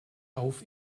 auf